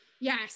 Yes